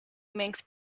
manx